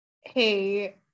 hey